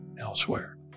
elsewhere